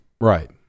Right